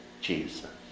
Jesus